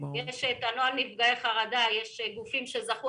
יש נוהל נפגעי חרדה,